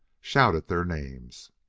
shouted their names.